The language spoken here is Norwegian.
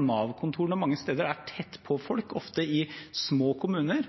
mange steder er tett på folk, ofte i små kommuner,